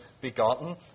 begotten